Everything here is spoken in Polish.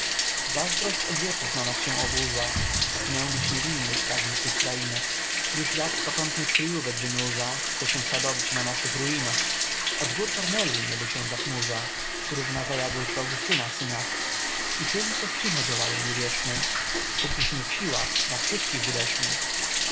zazdrość od wieków na nas się oburza zgnębić niewinnych pragnie w tych krainach już jad z pokątnych kryjówek wynurza chce się sadowić na naszych ruinach od gór karmelu niebo się zachmurza równa zajadłość w augustyna synach i tym co zcicha działają nie wierzmy pókiśmy w siłach na wszystkich